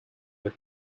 with